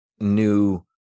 new